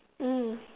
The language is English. mm